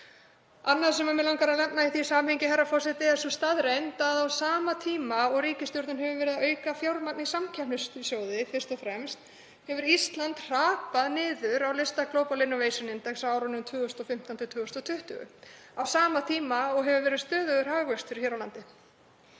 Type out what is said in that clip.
Annað sem mig langar að nefna í því samhengi, herra forseti, er sú staðreynd að á sama tíma og ríkisstjórnin hefur verið að auka fjármagn í samkeppnissjóði fyrst og fremst hefur Ísland hrapað niður á lista Global Innovation Index á árunum 2015–2020, á sama tíma og stöðugur hagvöxtur hefur verið